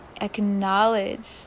acknowledge